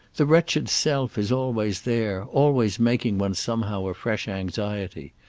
the wretched self is always there, always making one somehow a fresh anxiety.